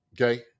okay